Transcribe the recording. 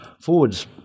forwards